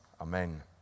Amen